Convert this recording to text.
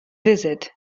visit